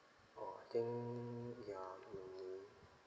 oh I think ya mm